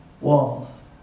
walls